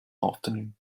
afternoon